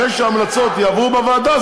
אחרי שההמלצות יעברו בוועדה,